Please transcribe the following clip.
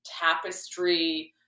tapestry